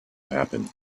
happen